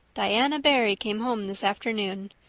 diana barry came home this afternoon.